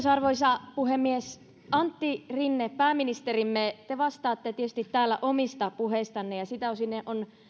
arvoisa puhemies antti rinne pääministerimme te vastaatte tietysti täällä omista puheistanne ja siltä osin on